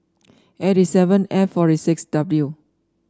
eighty seven F forty six W